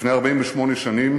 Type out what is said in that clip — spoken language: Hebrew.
לפני 48 שנים